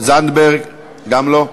גם לא.